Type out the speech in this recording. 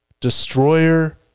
destroyer